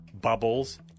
Bubbles